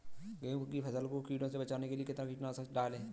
गेहूँ की फसल को कीड़ों से बचाने के लिए कितना कीटनाशक डालें?